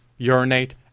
urinate